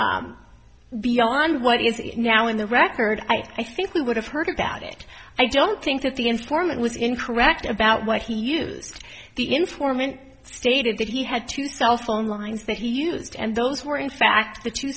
beyond what is it now in the record i think we would have heard about it i don't think that the informant was incorrect about what he used the informant stated that he had to telephone lines that he used and those were in fact the two